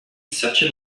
such